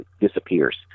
disappears